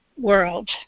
world